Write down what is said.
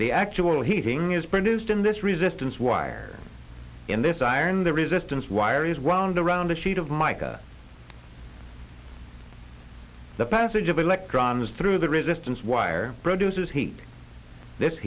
the actual heating is produced in this resistance wire in this iron the resistance wire is wound around a sheet of mica the passage of electrons through the resistance wire produces heat this